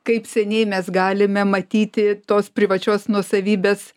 kaip seniai mes galime matyti tos privačios nuosavybės